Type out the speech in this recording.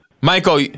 Michael